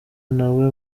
nawe